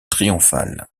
triomphal